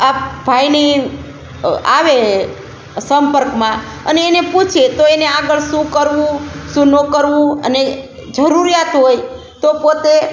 આ ભાઈને આવે સંપર્કમાં અને એને પૂછે તો એને આગળ શું કરવું શું ન કરવું અને જરૂરિયાત હોય તો પોતે